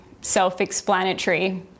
self-explanatory